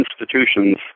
institutions